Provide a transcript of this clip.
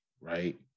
right